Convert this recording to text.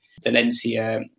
Valencia